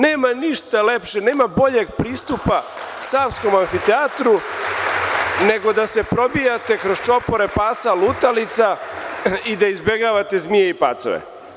Nema ništa lepše, nema boljeg pristupa Savskom amfiteatru, nego da se probijate kroz čopore pasa lutalica i da izbegavate zmije i pacove.